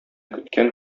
көткән